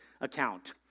account